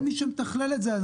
אין מי שמתכלל את זה.